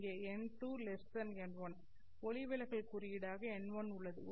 இங்கே n2 n1 ஒளி விலகல் குறியீடாக n1 உள்ளது